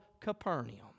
Capernaum